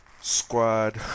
squad